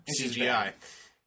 CGI